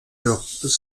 leurs